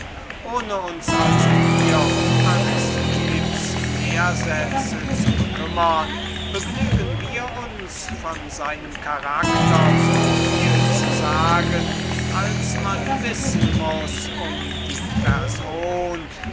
ohne uns also um aristipps lehrsätze zu bekümmern begnügen wir uns von seinem persönlichen charakter so viel zu sagen als man wissen muß um die person